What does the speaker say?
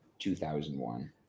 2001